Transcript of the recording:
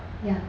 ya